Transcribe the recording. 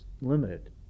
limited